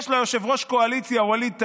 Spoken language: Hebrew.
יש לה יושב-ראש קואליציה ווליד טאהא,